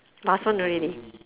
last one already